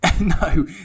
No